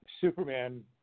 Superman